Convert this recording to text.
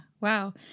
Wow